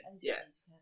yes